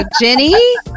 Jenny